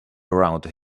around